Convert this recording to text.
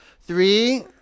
Three